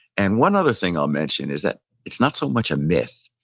and one other thing i'll mention, is that it's not so much a myth,